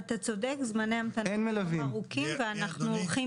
אתה צודק זמני ההמתנה ארוכים ואנחנו הולכים